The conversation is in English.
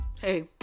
Hey